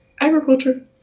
agriculture